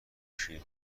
شیر